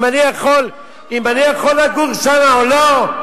אם אני יכול לגור שם או לא?